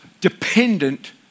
dependent